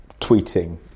tweeting